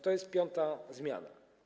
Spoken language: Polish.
To jest piąta zmiana.